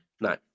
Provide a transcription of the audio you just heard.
No